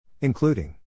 Including